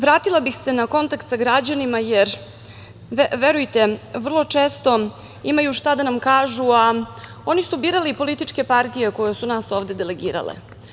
Vratila bih se na kontakt sa građanima, jer, verujte, vrlo često imaju šta da nam kažu, a oni su birali političke partije koje su nas ovde delegirale.